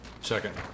second